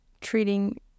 treating